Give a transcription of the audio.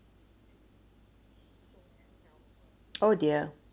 oh dear